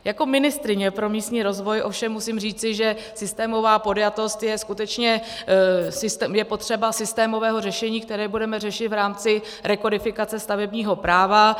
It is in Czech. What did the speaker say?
Jako ministryně pro místní rozvoj ovšem musím říci, že systémová podjatost je skutečně, je potřeba systémového řešení, které budeme řešit v rámci rekodifikace stavebního práva.